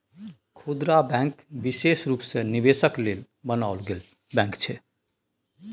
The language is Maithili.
खुदरा बैंक विशेष रूप सँ निवेशक लेल बनाओल गेल बैंक छै